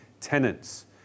tenants